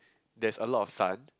there's a lot of sun